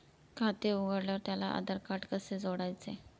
खाते उघडल्यावर त्याला आधारकार्ड कसे जोडायचे?